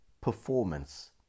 performance